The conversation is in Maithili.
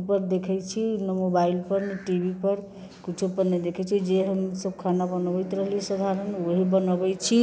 यु टूब पर देखैत छी ने मोबाइल पर ने टी वी पर किछु पर नहि देखैत छी जे हमसभ खाना बनबैत रहली साधारण ओएह बनबैत छी